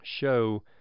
show